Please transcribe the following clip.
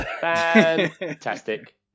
fantastic